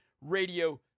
Radio